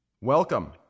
Welcome